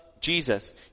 Jesus